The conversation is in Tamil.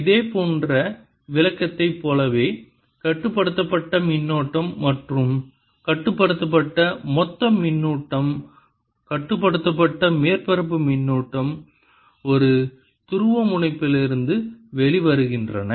இதேபோன்ற விளக்கத்தைப் போலவே கட்டுப்படுத்தப்பட்ட மின்னூட்டம் மற்றும் கட்டுப்படுத்தப்பட்ட மொத்த மின்னூட்டம் கட்டுப்படுத்தப்பட்ட மேற்பரப்பு மின்னூட்டம் ஒரு துருவமுனைப்பிலிருந்து வெளிவருகின்றன